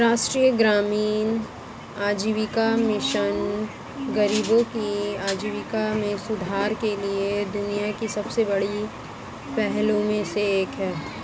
राष्ट्रीय ग्रामीण आजीविका मिशन गरीबों की आजीविका में सुधार के लिए दुनिया की सबसे बड़ी पहलों में से एक है